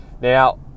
Now